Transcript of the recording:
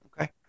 okay